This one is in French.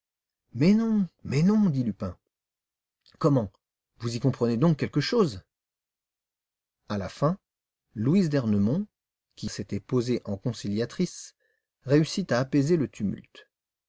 mais non mais non dit lupin comment vous y comprenez donc quelque chose à la fin louise d'ernemont qui dès le début s'était posée en conciliatrice réussit à apaiser le tumulte